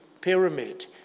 Pyramid